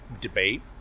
debate